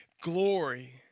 glory